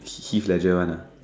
Heath-Ledger one ah